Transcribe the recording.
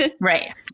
Right